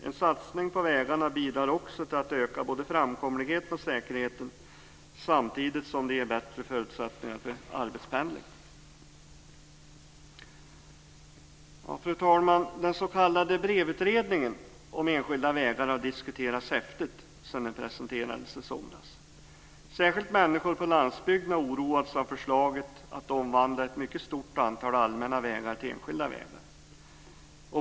En satsning på vägarna bidrar också till att öka både framkomligheten och säkerheten samtidigt som det ger bättre förutsättningar för arbetspendling. Fru talman! Den s.k. BREV-utredningen om enskilda vägar har diskuterats häftigt sedan den presenterades i somras. Särskilt människor på landsbygden har oroats av förslaget att omvandla ett mycket stort antal allmänna vägar till enskilda vägar.